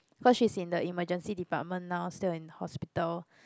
cause she's in the emergency department now still in the hospital